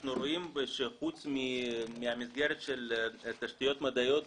אנחנו רואים שחוץ מהמסגרת של תשתיות מדעיות